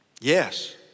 Yes